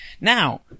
Now